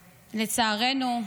לצערנו,